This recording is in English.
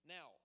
Now